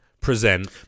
present